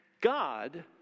God